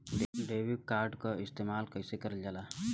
Debit card के इस्तेमाल कइसे करल जाला?